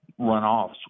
runoffs